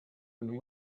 and